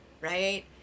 right